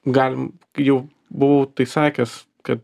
galim jau buvau tai sakęs kad